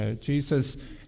Jesus